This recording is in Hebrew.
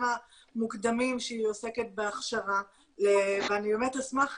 המוקדמים שהיא עוסקת בהכשרה ואני באמת אשמח,